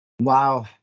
Wow